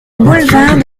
boulevard